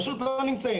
פשוט לא נמצאים.